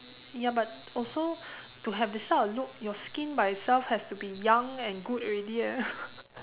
ya but also to have this type of look your skin by itself has to be young and good already eh